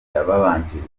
yabanjirije